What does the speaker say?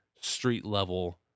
street-level